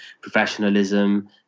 professionalism